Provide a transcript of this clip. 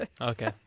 Okay